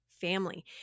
family